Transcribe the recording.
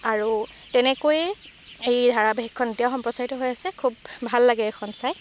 আৰু তেনেকৈয়ে এই ধাৰাবাহিকখন এতিয়াও সম্প্ৰচাৰিত হৈ আছে খুব ভাল লাগে এইখন চায়